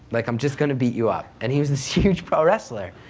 like, i'm just going to beat you up. and he was this huge pro wrestler.